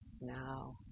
now